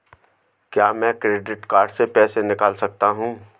क्या मैं credit card से पैसे निकाल सकता हूँ?